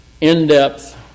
in-depth